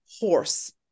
horse